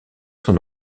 son